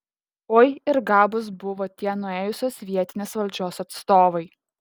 oi ir gabūs buvo tie nuėjusios vietinės valdžios atstovai